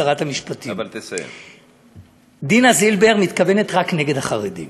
שרת המשפטים: דינה זילבר מתכוונת רק נגד החרדים.